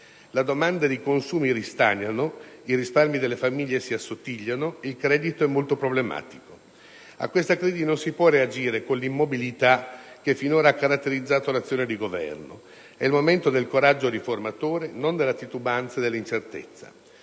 La domanda di consumi ristagna, i risparmi delle famiglie si assottigliano ed il credito è molto problematico. A questa crisi non si può reagire con l'immobilità che finora ha caratterizzato l'azione di Governo: è il momento del coraggio riformatore, non della titubanza e dell'incertezza.